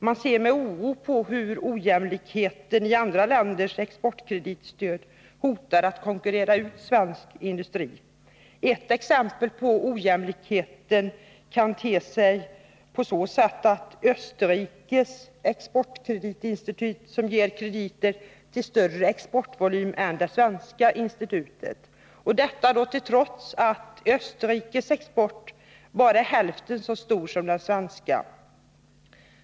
Man ser med oro på hur ojämlikheter länderna emellan i exportkreditstödet hotar att konkurrera ut svensk industri. Ett exempel på hur ojämlikheten kan te sig är att Österrikes exportkreditinstitut ger krediter till större exportvolym än det svenska institutet, detta trots att Österrikes export bara är hälften så stor som den svenska.